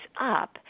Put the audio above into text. up